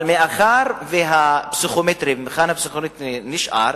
אבל מאחר שהמבחן הפסיכומטרי נשאר,